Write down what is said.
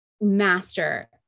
master